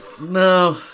No